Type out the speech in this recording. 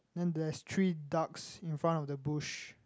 then there's three ducks in front of the bush